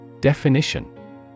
Definition